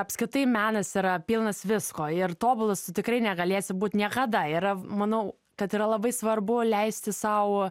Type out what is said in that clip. apskritai menas yra pilnas visko ir tobulas tu tikrai negalėsi būt niekada yra manau kad yra labai svarbu leisti sau